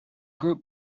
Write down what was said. group